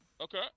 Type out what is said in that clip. Okay